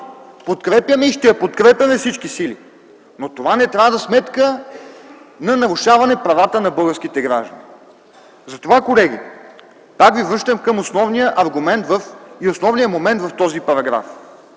подкрепяме я и ще я подкрепяме с всички сили, но това не трябва да е за сметка на нарушаване правата на българските граждани. Затова, колеги, пак ви връщам към основния аргумент и момент в този параграф.